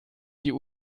die